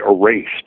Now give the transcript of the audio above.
erased